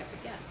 again